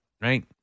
right